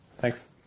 Thanks